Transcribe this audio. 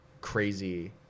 crazy